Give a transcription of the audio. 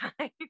time